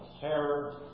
terror